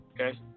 Okay